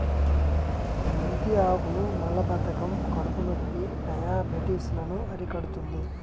మెంతి ఆకులు మలబద్ధకం, కడుపునొప్పి, డయాబెటిస్ లను అరికడుతుంది